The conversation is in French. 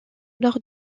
nord